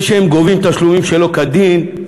והם גובים תשלומים שלא כדין,